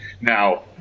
Now